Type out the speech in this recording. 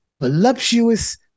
voluptuous